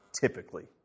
typically